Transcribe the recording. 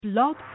Blog